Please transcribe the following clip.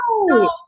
No